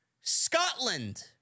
Scotland